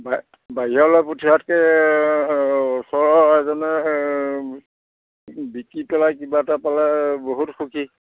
বাহিৰলৈ পঠিওৱাতকৈ ওচৰৰ এজনে বিকি পেলাই কিবা এটা পালে বহুত সুখী